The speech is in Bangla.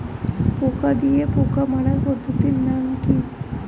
পোকা দিয়ে পোকা মারার পদ্ধতির নাম কি?